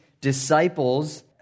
disciples